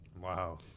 Wow